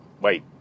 Wait